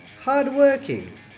hardworking